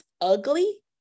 ugly